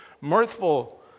mirthful